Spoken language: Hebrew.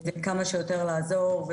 כמה שיותר לעזור,